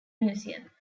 museum